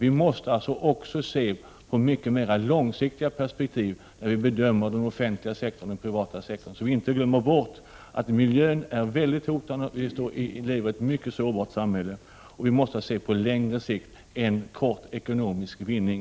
Vi måste också se till det mycket mer långsiktiga perspektivet, när vi bedömer den offentliga sektorn och den privata sektorn så att vi inte glömmer bort att miljön är mycket hotad. Vi lever i ett mycket sårbart samhälle, och vi måste se till mer än kort ekonomisk vinning.